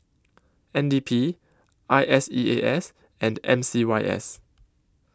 N D P I S E A S and M C Y S